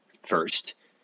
First